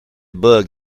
bug